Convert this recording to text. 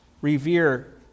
Revere